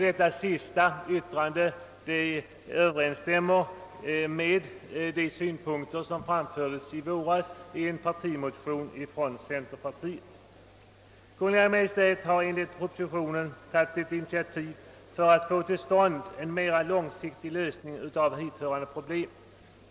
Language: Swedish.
Det senaste yttrandet överensstämmer med de synpunkter som i våras framfördes i en partimotion från centerpartiet. Kungl. Maj:t har enligt propositionen tagit ett initiativ för att få till stånd en mera långsiktig lösning av hithörande problem.